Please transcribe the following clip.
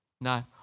No